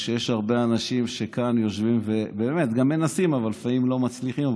יש הרבה אנשים שיושבים כאן ומנסים אבל לפעמים לא מצליחים,